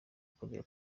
kongera